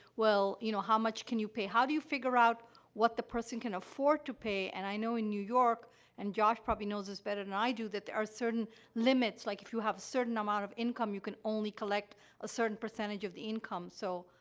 well, you know, how much can you pay? how do you figure out what the person can afford to pay? and i know in new york and josh probably knows this better than i do that there are certain limits. like, if you have a certain um amount of income, you can only collect a certain percentage of the income. so,